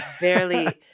barely